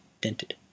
dented